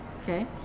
okay